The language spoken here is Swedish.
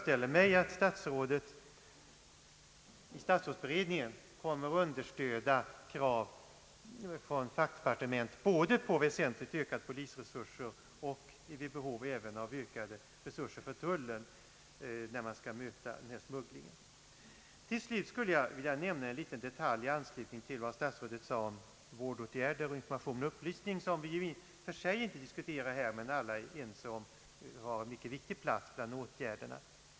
Jag hoppas att statsrådet Aspling vid budgetbehandlingen kommer att understödja krav både på väsentligt ökade polisresurser och ökade resurser för tullen när man skall försöka komma till rätta med smugglingen. Slutligen vill jag beröra en detaljianslutning till vad statsrådet sade om vårdåtgärder, information och upplysning, vilket vi i och för sig inte diskuterar här men som alla är överens om har en mycket viktig plats.